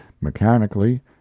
mechanically